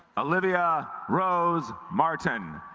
olivia rose martin